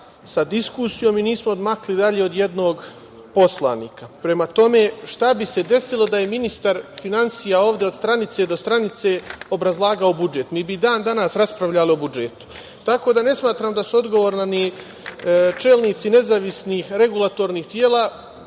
sa diskusijom i nismo odmakli dalje od jednog poslanika. Prema tome, šta bi se desilo da je ministar finansija ovde od stranice do stranice obrazlagao budžet? Mi bi i dan danas raspravljali o budžetu. Tako da, ne smatram da su odgovorni ni čelnici nezavisnih regulatornih tela.